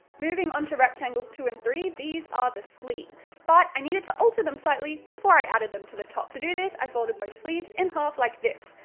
moving onto rectangles two and three, these are the sleeves. but i needed to alter them slightly before i added them to the top. to do this, i folded both sleeves in half like this,